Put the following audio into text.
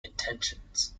intentions